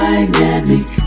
Dynamic